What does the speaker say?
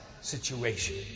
situation